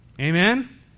amen